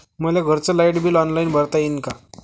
मले घरचं light bill online भरता येईन का?